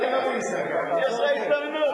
לא דווקא מ"ישראכרט",